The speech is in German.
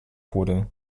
wurde